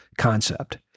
Concept